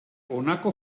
honako